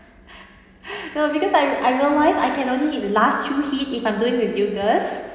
no because I I realise I can only last two heat if I'm doing with you girls